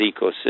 ecosystem